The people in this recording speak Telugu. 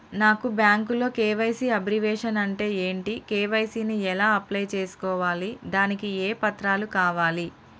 నాకు బ్యాంకులో కే.వై.సీ అబ్రివేషన్ అంటే ఏంటి కే.వై.సీ ని ఎలా అప్లై చేసుకోవాలి దానికి ఏ పత్రాలు కావాలి?